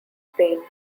pain